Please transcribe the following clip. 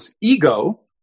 ego